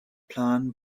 plan